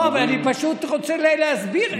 אני פשוט רוצה להסביר.